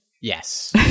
Yes